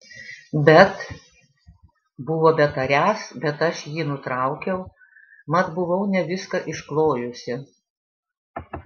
bet buvo betariąs bet aš jį nutraukiau mat buvau ne viską išklojusi